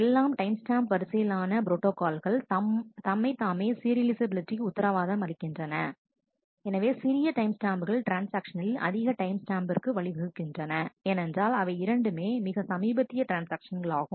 எல்லாம் time stamp வரிசையிலான ப்ரோட்டாகால்கள் தம்மைத்தாமே சீரியலைசபிலிட்டிக்கு உத்தரவாதம் அளிக்கின்றன எனவே சிறிய டைம் ஸ்டாம்புகள் ட்ரான்ஸ்ஆக்ஷனில் அதிக டைம் ஸ்டாம்பிற்கு வழிவகுக்கின்றன ஏனென்றால் அவை இரண்டுமே மிக சமீபத்திய ட்ரான்ஸ்ஆக்ஷன்கள் ஆகும்